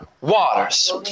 waters